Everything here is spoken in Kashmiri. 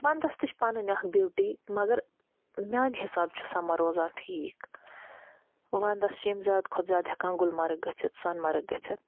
وَنٛدَس تہِ چھِ پَنٕنۍ اَکھ بیوٗٹی مگر میٛانہِ حِسابہٕ چھُ سَمَر روزان ٹھیٖک وَنٛدَس چھِ یِم زیاد کھۄتہٕ زیادٕ ہٮ۪کان گُلمرگ گٔژھِتھ سۄنہٕ مرگ گٔژھِتھ